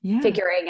figuring